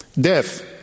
Death